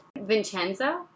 Vincenzo